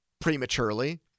prematurely